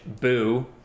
boo